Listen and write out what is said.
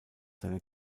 seiner